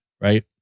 right